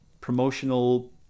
promotional